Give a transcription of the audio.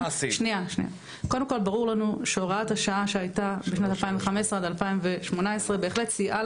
קודם כל ברור לנו שהוראת השעה שהייתה משנת 2015-2018 בהחלט סייעה